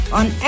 on